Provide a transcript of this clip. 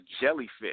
jellyfish